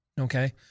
okay